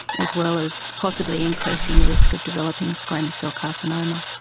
as well as possibly increasing the risk of developing squamous cell carcinoma.